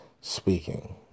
speaking